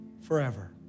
forever